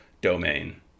domain